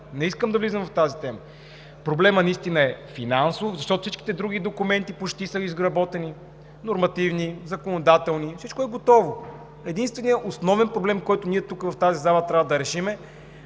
Не искам да влизам в тази тема. Проблемът наистина е финансов, защото всичките други документи почти са изработени – нормативни, законодателни – всичко е готово. Единственият основен проблем, който ние тук в тази зала трябва да решим, е